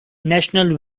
national